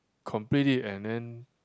complete it and then